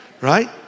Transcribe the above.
right